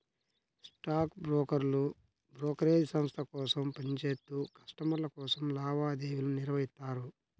stock బ్రోకర్లు brokerage సంస్థ కోసం పని చేత్తూ కస్టమర్ల కోసం లావాదేవీలను నిర్వహిత్తారు